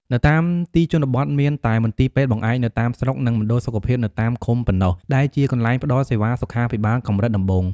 នៅតាមទីជនបទមានតែ មន្ទីរពេទ្យបង្អែកនៅតាមស្រុក និង មណ្ឌលសុខភាពនៅតាមឃុំប៉ុណ្ណោះ ដែលជាកន្លែងផ្តល់សេវាសុខាភិបាលកម្រិតដំបូង។